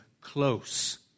close